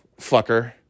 fucker